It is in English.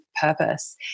purpose